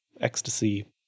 ecstasy